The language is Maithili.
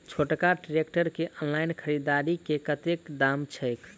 छोटका ट्रैक्टर केँ ऑनलाइन खरीददारी मे कतेक दाम छैक?